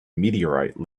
meteorite